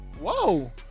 whoa